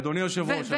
אדוני היושב-ראש,